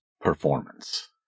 performance